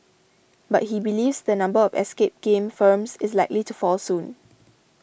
but he believes the number of escape game firms is likely to fall soon